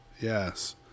Yes